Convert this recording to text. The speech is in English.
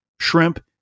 shrimp